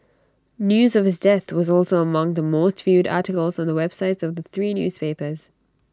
news of his death was also among the most viewed articles on the websites of the three newspapers